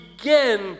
again